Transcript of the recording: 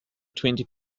twenty